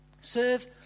Serve